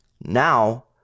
Now